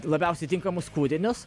labiausiai tinkamus kūrinius